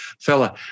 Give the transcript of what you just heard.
fella